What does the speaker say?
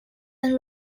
and